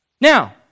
Now